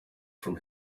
from